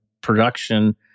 production